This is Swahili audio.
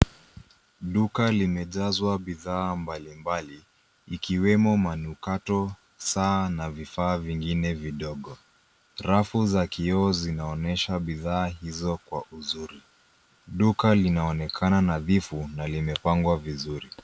Duka limejazwa bidhaa mbalimbali ikiwemo manukato, saa na vifaa vingine vidogo. Rafu za kioo zinaonyesha bidhaa hizo kwa uzuri. Duka linaonekana nadhifu na limepangwa vizuri.